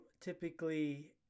typically